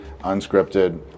unscripted